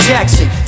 Jackson